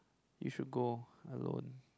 you should go alone